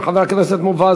חבר הכנסת מופז,